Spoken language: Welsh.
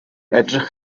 edrych